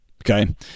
Okay